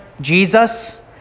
Jesus